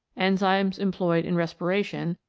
enzymes employed in respiration,